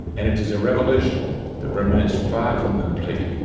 and it is a revolution that remains far from complete,